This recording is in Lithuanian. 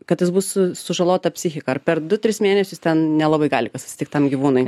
kad jis bus su sužalota psichika per du tris mėnesius ten nelabai gali kas atsitikt tam gyvūnui